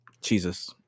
Jesus